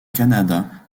canada